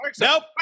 Nope